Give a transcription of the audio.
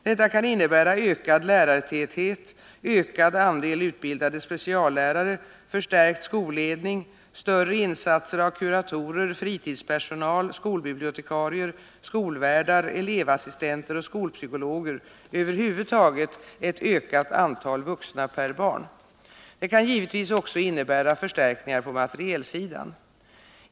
Detta kan innebära ökad lärartäthet, ökad andel utbildade speciallärare, förstärkt skolledning, större insatser av kuratorer, fritidspersonal, skolbibliotekarier, skolvärdar, elevassistenter och skolpsykologer, över huvud taget ett ökat antal vuxna per barn. Det kan givetvis också innebära förstärkningar på materielsidan.